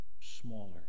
smaller